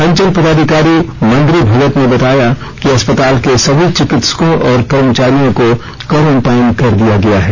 अंचल पदाधिकारी मन्द्रि भगत ने बताया कि अस्पताल के सभी चिकित्सकों और कर्मचारियों को कोरेनटाइन कर दिया गया है